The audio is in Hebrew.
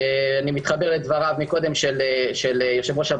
ואני מתחבר לדבריו של יושב ראש הוועדה,